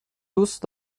دوست